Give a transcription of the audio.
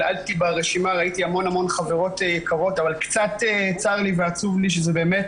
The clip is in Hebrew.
ראיתי המון חברות יקרות אבל קצת צר לי ועצוב לי שזה באמת